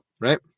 right